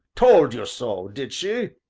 told you so, did she?